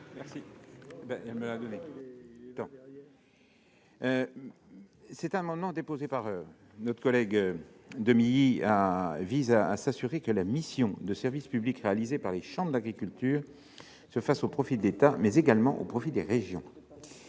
Cet amendement, déposé par notre collègue Stéphane Demilly, vise à s'assurer que la mission de service public assurée par les chambres d'agriculture se réalise au profit de l'État mais également des régions.